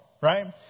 Right